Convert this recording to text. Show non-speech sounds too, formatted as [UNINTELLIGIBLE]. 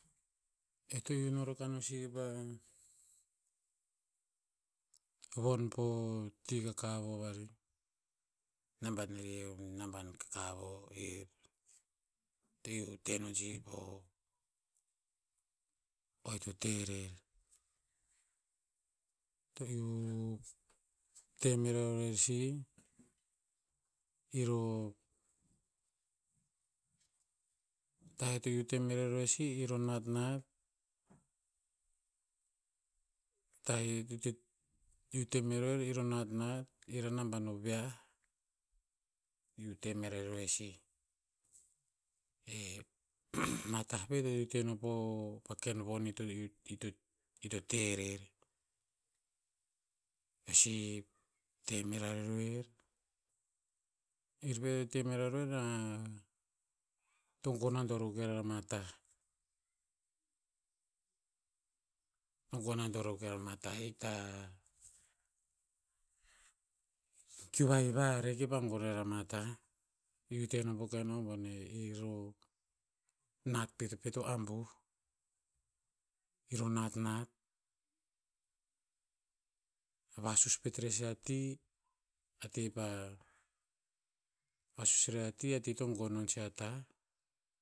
Eo to in no rakah no sih pa, von po ti kakavo varih. Naban arih o naban kakavo eh, to iu te no sih po o, o ito te rer. To iu te me rare'oer sih. Ir o, tah eo to iu te mera oer sih ir o natant, [UNINTELLIGIBLE] in o naban o viah. Iu te me raroer sin. Eh [NOISE] ma tah pet eo to iu po o, po ken von ito iu, ito te rer. Eo sih, te me raroer. [UNINTELLIGIBLE] to gon nador akuk rer ama tah. To gon rador akuk rer ama tah ir hikta, kiu va hiva arer kipa gon rer ama tah. Iu te no po ken o boneh. Ir o, nat [UNINTELLIGIBLE] pet o abuh. O natant, vasus pet rer sih a ti, a ti pah, vasus rer a ti a ti to gon non sih a tah.